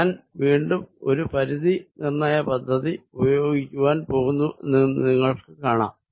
ഞാൻ വീണ്ടും ഒരു പരിധി നിർണയ പദ്ധതി ഉപയോഗിക്കാൻ പോകുന്നു എന്ന് നിങ്ങൾക്ക് കാണാം